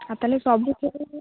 ଆଉ ତାହେଲେ ସବୁ